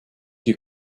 you